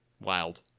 Wild